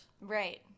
Right